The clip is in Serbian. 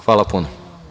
Hvala puno.